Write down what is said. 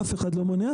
אף אחד לא מונע.